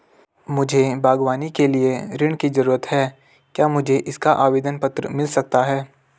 मुझे बागवानी के लिए ऋण की ज़रूरत है क्या मुझे इसका आवेदन पत्र मिल सकता है?